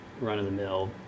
run-of-the-mill